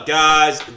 guys